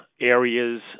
areas